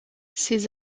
ces